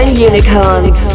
Unicorns